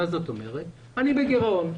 זאת אומרת, אני בגירעון.